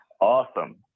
Awesome